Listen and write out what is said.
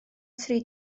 tri